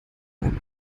beim